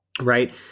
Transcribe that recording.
right